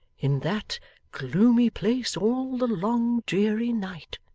in that gloomy place all the long, dreary night.